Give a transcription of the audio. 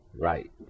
Right